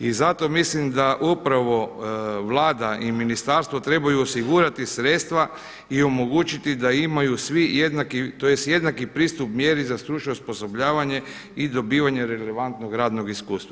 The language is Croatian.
I zato mislim da upravo Vlada i ministarstvo trebaju osigurati sredstva i omogućiti da imaju svi jednaki tj. jednaki pristup mjeri za stručno osposobljavanje i dobivanje relevantnog radnog iskustva.